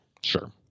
Sure